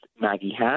Maggie